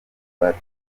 abantu